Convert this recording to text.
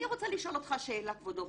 אני רוצה לשאול אותך שאלה, כבודו.